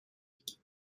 heat